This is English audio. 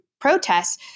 protests